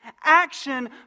Action